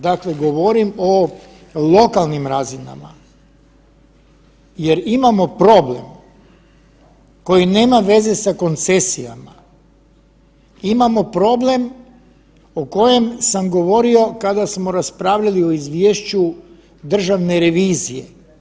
Dakle, govorim o lokalnim razinama jer imamo problem koji nema veze sa koncesijama, imamo problem o kojem sam govorio kada smo raspravljali o izvješću državne revizije.